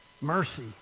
mercy